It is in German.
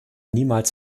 niemals